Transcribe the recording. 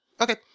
Okay